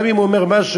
גם אם הוא אומר משהו,